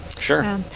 Sure